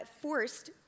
forced